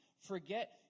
Forget